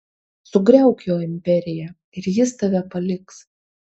sugriauk jo imperiją ir jis tave paliks